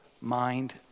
mind